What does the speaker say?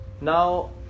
Now